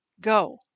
go